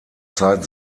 zeit